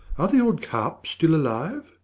are the old carp still alive?